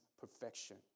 perfection